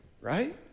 right